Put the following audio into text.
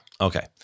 Okay